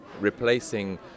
replacing